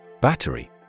Battery